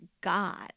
God